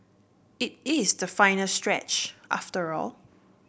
it is the final stretch after all